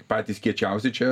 patys kiečiausi čia